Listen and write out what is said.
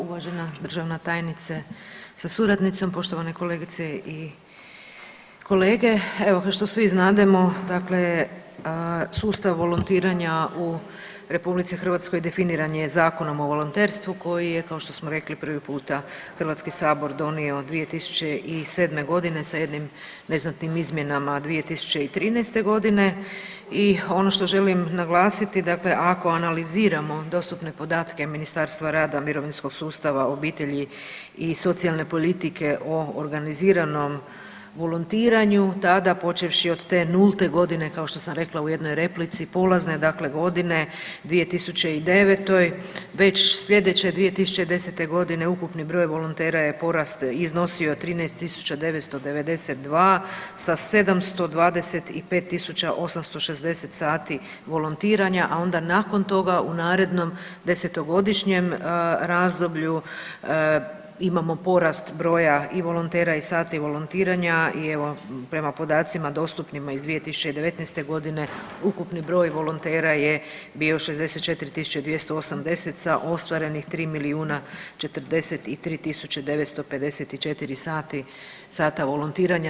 Uvažena državna tajnice sa suradnicom, poštovane kolegice i kolege, evo kao što svi znademo dakle sustav volontiranja u RH definiran je Zakonom o volonterstvu koji je kao što smo rekli prvi puta Hrvatski sabor donio 2007. godine sa jednim neznatnim izmjenama 2013. godine i ono što želim naglasiti dakle ako analiziramo dostupne podatke Ministarstva rada, mirovinskog sustava, obitelji i socijalne politike o organiziranom volontiranju tada počevši od te nulte godine kao što sam rekla u jednoj replici, polazne dakle godine 2009.-te već slijedeće 2010. godine ukupni broj volontera je porastao i iznosio 13.992 sa 725.860 sati volontiranja, a onda nakon toga u narednom desetogodišnjem razdoblju imamo porast broja i volontera i sati volontiranja i evo prema podacima dostupnima iz 2019. godine ukupni broj volontera je bio 24.280 sa ostvarenih 3 milijuna 43 tisuće 954 sati, sata volontiranja.